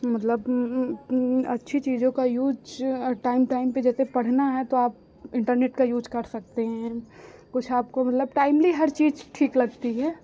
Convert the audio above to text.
मतलब अच्छी चीज़ों का यूज़ टाइम टाइम पर जैसे पढ़ना है तो आप इन्टरनेट का यूज़ कर सकते हैं कुछ आपको मतलब टाइमली हर चीज़ ठीक लगती है